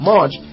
March